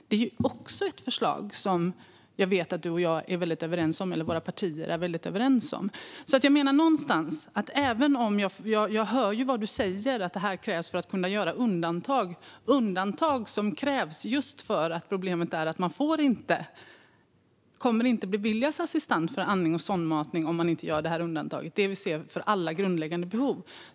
Det är ett förslag som jag vet att våra partier också är överens om. Jag hör vad du säger, att detta krävs för att kunna göra de undantag som behövs just därför att problemet är att personer inte kommer att beviljas assistans för andning och sondmatning om man inte gör detta undantag, det vill säga för alla grundläggande behov.